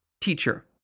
teacher